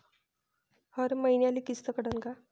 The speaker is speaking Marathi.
हर मईन्याले किस्त कटन का?